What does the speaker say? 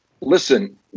listen